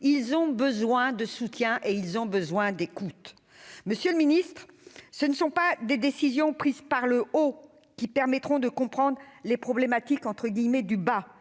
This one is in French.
Ils ont besoin de soutien et d'écoute. Monsieur le ministre, ce ne sont pas des décisions prises d'« en haut » qui permettront de comprendre les problématiques du « bas ».